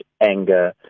anger